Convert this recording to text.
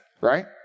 right